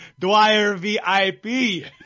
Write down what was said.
DwyerVIP